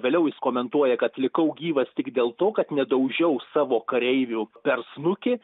vėliau jis komentuoja kad likau gyvas tik dėl to kad nedaužiau savo kareivių per snukį